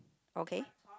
okay